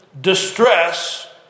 distress